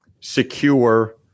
secure